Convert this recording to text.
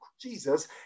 Jesus